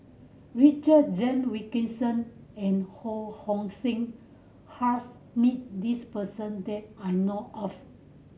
Richard Jame Wilkinson and Ho Hong Sing has met this person that I know of